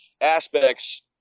aspects